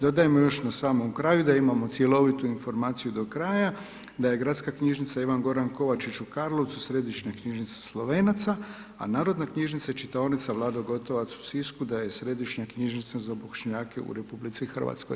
Dodajmo još na samom kraju da imamo cjelovitu informaciju do kraja da je Gradska knjižnica Ivan Goran Kovačić u Karlovcu središnja knjižnica Slovenaca a Narodna knjižnica i čitaonica Vlado Gotovac u Sisku da je središnja knjižnica za Bošnjake u RH.